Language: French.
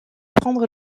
prendre